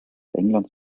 englands